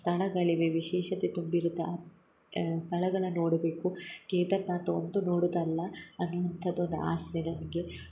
ಸ್ಥಳಗಳಿವೆ ವಿಶೇಷತೆ ತುಂಬಿರುತ್ತೆ ಆ ಆ ಸ್ಥಳಗಳ ನೋಡಬೇಕು ಕೇದರ್ನಾಥ್ ಒಂದು ನೋಡುದು ಅಲ್ಲ ಅನ್ನುವಂಥದ್ದು ಒಂದು ಆಸೆ ಇದೆ ನನಗೆ